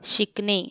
शिकणे